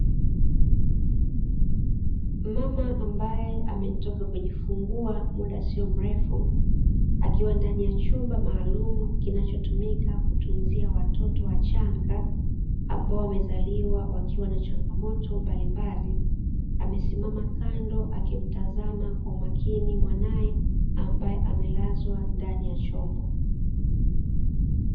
Mama ambae ametoka kujifungua muda sio mrefu akiwa ndani ya chumba maalumu kinachotumika kutunzia watoto wachanga ambao wamezaliwa wakiwa na changamoto mbali mbali, amesimama kando akimtazama kwa makini mwanae ambae amelazwa ndani ya chombo.